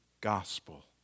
gospel